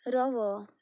रवो